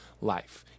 life